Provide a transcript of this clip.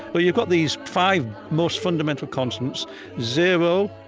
but you've got these five most fundamental constants zero,